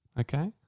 Okay